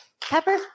Pepper